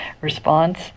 response